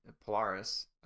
Polaris